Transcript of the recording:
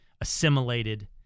assimilated